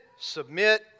submit